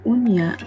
Unya